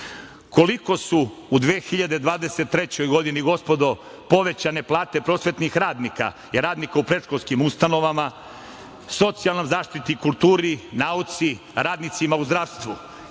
25%.Koliko su u 2023. godini, gospodo, povećane plate prosvetnih radnika i radnika u predškolskim ustanovama, socijalnoj zaštiti, kulturi, nauci, radnicima u zdravstvu